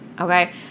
okay